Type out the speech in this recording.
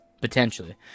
Potentially